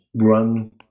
run